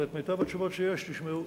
אבל את מיטב התשובות שיש, תשמעו.